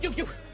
you, you!